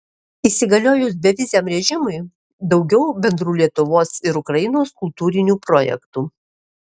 įsigaliojus beviziam režimui daugiau bendrų lietuvos ir ukrainos kultūrinių projektų